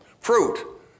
fruit